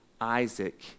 Isaac